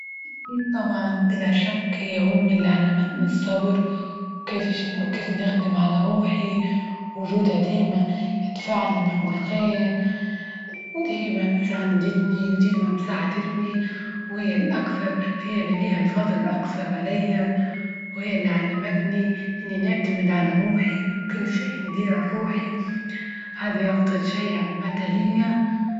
أكيد طبعا بلا شك هي أمي اللي علمتني الصبر، وكانت وكيف -وكيف نخدم على روحي، وجودها ديما يدفعني نحو الخير، وديما تساندتني وديما مساعدتني وهي الأكثر، هي اللي لها الفضل أكثر علي ،وهي اللي علمتني إني نعتمد على روحي، وكل شي ندير روحي هذي أفضل شي علمتها ليا.